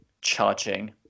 charging